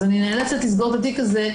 אז אני נאלצת לסגור את התיק הזה,